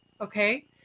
Okay